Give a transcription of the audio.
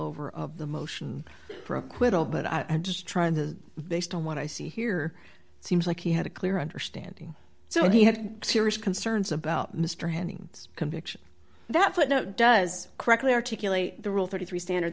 over of the motion for acquittal but i'm just trying to based on what i see here it seems like he had a clear understanding so he had serious concerns about mr henning conviction that footnote does correctly articulate the rule thirty three standard